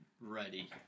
ready